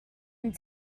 and